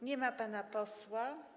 Nie ma pana posła.